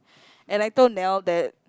and I told Niel that